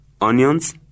onions